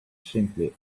simply